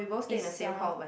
east south